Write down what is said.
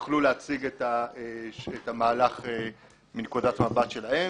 אני אשמח שגם הם יוכלו להציג את המהלך מנקודת המבט שלהם.